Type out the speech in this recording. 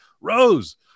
Rose